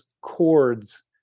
chords